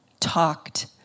Talked